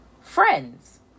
friends